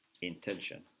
intention